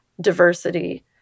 diversity